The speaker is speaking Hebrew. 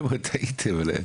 חבר'ה, טעיתם.